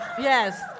Yes